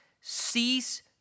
Cease